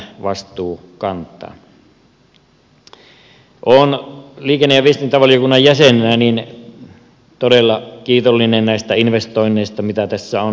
olen liikenne ja viestintävaliokunnan jäsenenä todella kiitollinen näistä investoinneista mitä tässä on